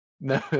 No